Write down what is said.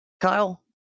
Kyle